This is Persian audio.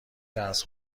درس